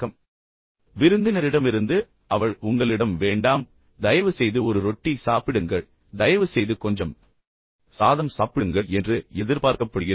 எனவே விருந்தினரிடமிருந்து அவள் உங்களிடம் வேண்டாம் வேண்டாம் தயவுசெய்து அதை சாப்பிடுங்கள் தயவுசெய்து ஒரு ரொட்டி சாப்பிடுங்கள் தயவுசெய்து கொஞ்சம் சாதம் சாப்பிடுங்கள் என்று எதிர்பார்க்கப்படுகிறது